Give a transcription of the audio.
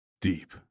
Deep